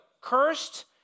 cursed